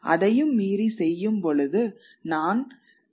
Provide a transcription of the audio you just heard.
அதையும் மீறி செய்யும்பொழுது நான் இழப்புகளைச் சந்திக்க நேரிடும்